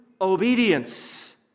obedience